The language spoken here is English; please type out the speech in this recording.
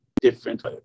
different